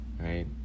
Right